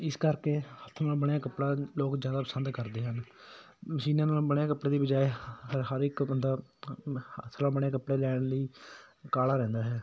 ਇਸ ਕਰਕੇ ਹੱਥ ਨਾਲ ਬਣਿਆ ਕੱਪੜਾ ਲੋਕ ਜ਼ਿਆਦਾ ਪਸੰਦ ਕਰਦੇ ਹਨ ਮਸ਼ੀਨਾਂ ਨਾਲ ਬਣੇ ਕੱਪੜੇ ਦੀ ਬਜਾਏ ਹਰ ਹਰ ਇੱਕ ਬੰਦਾ ਹੱਥ ਨਾਲ ਬਣੇ ਕੱਪੜੇ ਲੈਣ ਲਈ ਕਾਹਲਾ ਰਹਿੰਦਾ ਹੈ